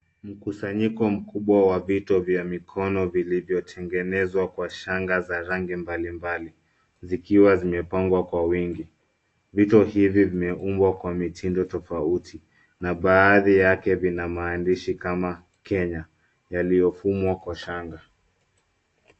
Mkusanyiko mkubwa wa vito vya mikono vilivyotengenezwa kwa shanga ya rangi mbalimbali zikiwa zimepangwa kwa wingi. Vito hivi vimeumbwa kwa mitindo tofauti na baadhi yake vina maandishi kama Kenya yaliyofumwa kwa shanga.